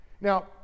Now